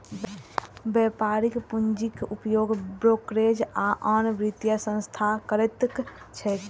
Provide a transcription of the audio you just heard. व्यापारिक पूंजीक उपयोग ब्रोकरेज आ आन वित्तीय संस्थान करैत छैक